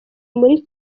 muri